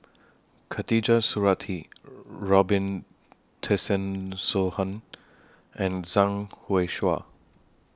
Khatijah Surattee Robin Tessensohn and Zhang